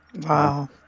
Wow